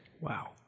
Wow